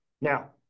Now